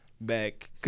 back